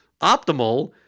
optimal